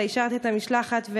אתה אישרת את המשלחת,